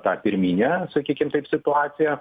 tą pirminę sakykim taip situaciją